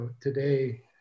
today